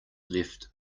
left